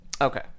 Okay